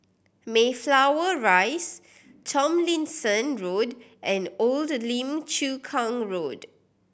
Mayflower Rise Tomlinson Road and Old Lim Chu Kang Road